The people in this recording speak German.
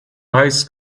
heiß